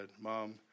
Mom